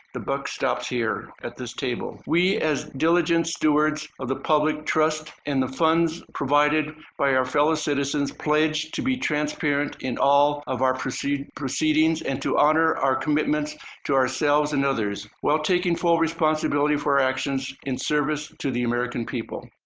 the buck stops here at this table. we as diligent stewards of the public trust and the funds provided by our fellow citizens pledged to be transparent in all of our proceedings proceedings and to honor our commitments to ourselves and others while taking full responsibility for our actions in service to the american people.